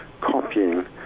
copying